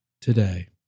today